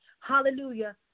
hallelujah